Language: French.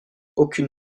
aucune